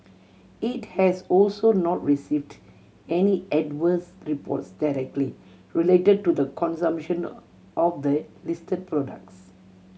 it has also not received any adverse reports directly related to the consumption of the listed products